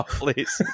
please